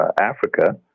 Africa